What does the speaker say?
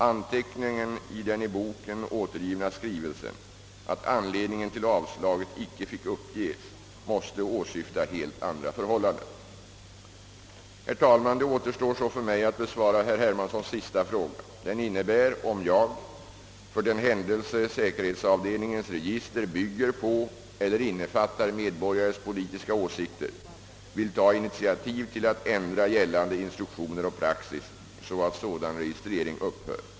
Anteckningen i den i boken återgivna skrivelsen att anledningen till avslaget inte fick uppges måste åsyfta helt andra förhållanden. Herr talman! Det återstår så för mig att besvara herr Hermanssons sista fråga, om jag — för den händelse säkerhetsavdelningens register bygger på eller innefattar medborgares politiska åsikter — vill ta initiativ till att ändra gällande instruktioner och praxis så att sådan registrering upphör.